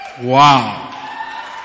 Wow